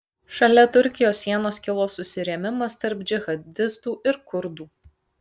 šalia turkijos sienos kilo susirėmimas tarp džihadistų ir kurdų